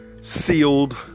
sealed